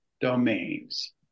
domains